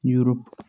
Europe